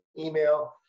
email